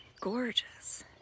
Gorgeous